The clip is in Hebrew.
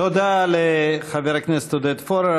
תודה לחבר הכנסת עודד פורר.